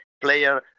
player